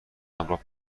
همراه